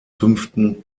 fünften